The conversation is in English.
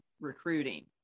recruiting